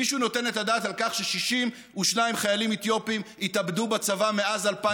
מישהו נותן את הדעת על כך ש-62 חיילים אתיופים התאבדו בצבא מאז 2001?